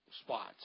spots